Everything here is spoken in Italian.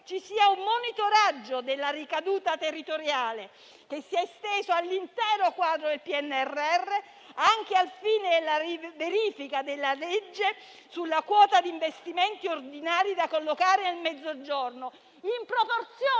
ci sia un monitoraggio della ricaduta territoriale esteso all'intero quadro del PNRR, anche al fine della verifica della legge sulla quota di investimenti ordinari da collocare nel Mezzogiorno, in proporzione